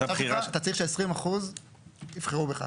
מנדט אחד אתה צריך להבטיח ש-20% יבחרו בך.